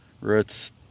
roots